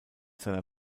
seiner